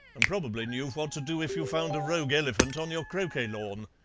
and probably knew what to do if you found a rogue elephant on your croquet-lawn